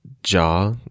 jaw